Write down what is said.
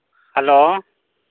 hello